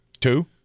two